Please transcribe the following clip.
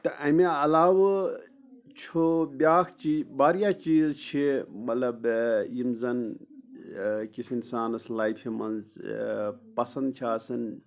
تہٕ اَمہِ علاوٕ چھُ بیٛاکھ چیٖز واریاہ چیٖز چھِ مطلب یِم زَن أکِس اِنسانَس لایفہِ منٛز پَسنٛد چھِ آسان